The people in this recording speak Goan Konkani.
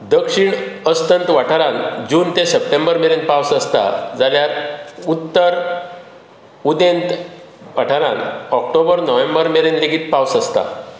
दक्षिण अस्तंत वाठारांत जून ते सप्टेंबर मेरेन पावस आसता जाल्यार उत्तर उदेंत वाठारांत ऑक्टोबर नोव्हेंबर मेरेन लेगीत पावस आसता